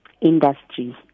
industry